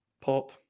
Pop